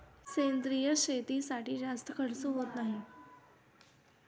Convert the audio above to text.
सेंद्रिय शेतीसाठी जास्त खर्च होत नाही